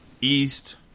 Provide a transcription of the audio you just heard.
East